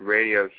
Radio